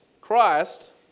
Christ